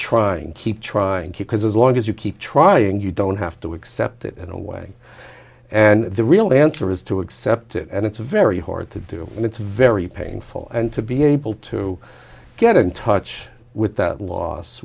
trying keep trying to because as long as you keep trying you don't have to accept it in a way and the real answer is to accept it and it's very hard to do and it's very painful and to be able to get in touch with that loss